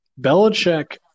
belichick